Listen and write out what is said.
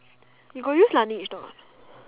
you got use Laneige store or not